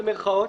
במירכאות,